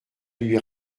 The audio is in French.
lui